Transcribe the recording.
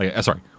Sorry